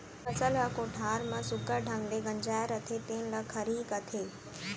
फसल ह कोठार म सुग्घर ढंग ले गंजाय रथे तेने ल खरही कथें